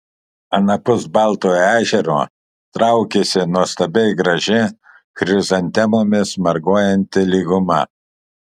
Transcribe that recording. anapus baltojo ežero traukėsi nuostabiai graži chrizantemomis marguojanti lyguma